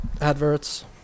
Adverts